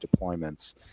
deployments